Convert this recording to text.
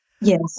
Yes